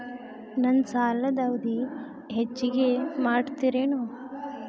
ನನ್ನ ಸಾಲದ ಅವಧಿ ಹೆಚ್ಚಿಗೆ ಮಾಡ್ತಿರೇನು?